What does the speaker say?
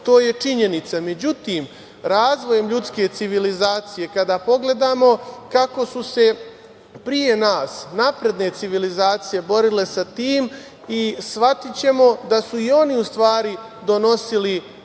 to je činjenica.Međutim, razvojem ljudske civilizacije, kada pogledamo kako su se pre nas napredne civilizacije borile sa tim, shvatićemo da su i oni u stvari donosili